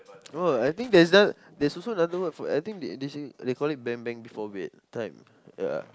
no I think there's just there's also another word for I think they call it Bang Bang before bed that time ya